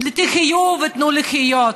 חיו ותנו לחיות,